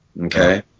Okay